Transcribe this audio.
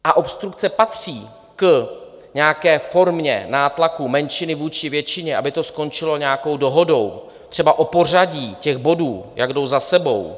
A obstrukce patří k nějaké formě nátlaku menšiny vůči většině, aby to skončilo nějakou dohodou, třeba o pořadí těch bodů, jak jdou za sebou.